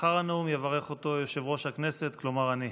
לאחר הנאום יברך אותו יושב-ראש הכנסת, כלומר אני.